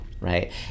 right